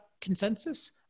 consensus